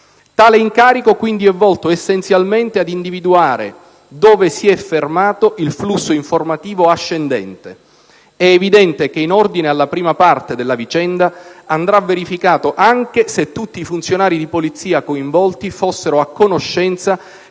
«Tale incarico quindi è volto essenzialmente ad individuare dove si è fermato il flusso informativo ascendente. È evidente che in ordine alla prima parte della vicenda andrà verificato anche se tutti i funzionari di polizia coinvolti fossero a conoscenza